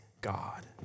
God